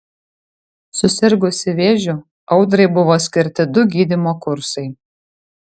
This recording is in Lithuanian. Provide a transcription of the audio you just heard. susirgusi vėžiu audrai buvo skirti du gydymo kursai